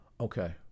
Okay